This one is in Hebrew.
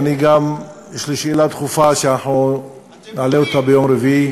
וגם יש לי שאלה דחופה שאנחנו נעלה אותה ביום רביעי,